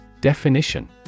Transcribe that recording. Definition